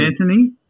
Anthony